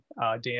Dan